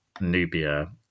Nubia